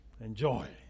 enjoy